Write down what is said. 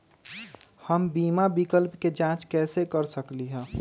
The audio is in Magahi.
हम बीमा विकल्प के जाँच कैसे कर सकली ह?